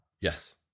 Yes